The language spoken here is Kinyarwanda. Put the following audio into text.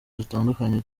dutandukanye